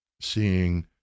seeing